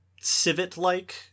civet-like